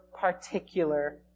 particular